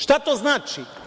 Šta to znači?